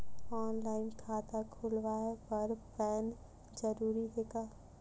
Online खाता खुलवाय बर पैन जरूरी हे का?